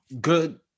good